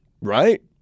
Right